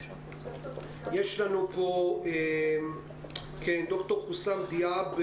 ישנו דוקטור חוסאם דיאב,